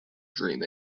dream